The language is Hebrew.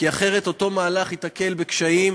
כי אחרת אותו מהלך ייתקל בקשיים.